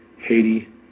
Haiti